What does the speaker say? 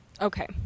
Okay